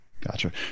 Gotcha